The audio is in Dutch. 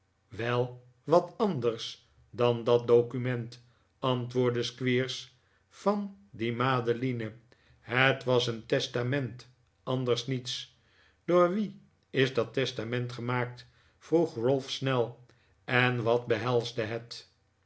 wel wat anders dan dat document antwoordde squeers van die madeline het was een testament anders niets door wien is dat testament gemaakt vroeg ralph snel en wat behelsde het